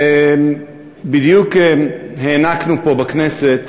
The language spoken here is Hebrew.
בדיוק הענקנו פה בכנסת